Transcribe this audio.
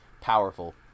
powerful